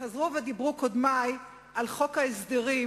חזרו ודיברו על חוק ההסדרים,